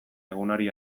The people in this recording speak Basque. egunari